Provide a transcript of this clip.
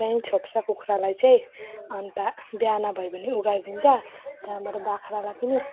त्यहीँ छोप्छ कुखुरालाई चाहिँ अनि त बिहान भयो भने उघारिदिन्छ त्यहाँबाट बाख्रालाई पनि